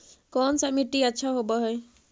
कोन सा मिट्टी अच्छा होबहय?